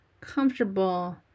comfortable